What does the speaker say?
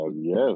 yes